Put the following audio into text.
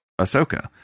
Ahsoka